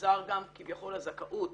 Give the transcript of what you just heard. נגזרת גם כביכול הזכאות